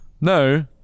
No